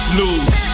lose